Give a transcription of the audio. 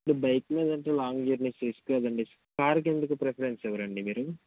ఇప్పుడు బైక్ మీద అంటే లాంగ్ జర్నీ కి తీసుకెళ్లండి కారు కి ఎందుకు ప్రిఫరెన్సు ఇవ్వరండి మీరు